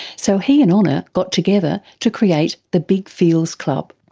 so he and honor got together to create the big feels club.